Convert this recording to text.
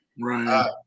Right